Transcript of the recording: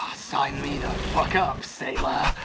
ah sign me the fuck up, sailor.